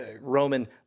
Roman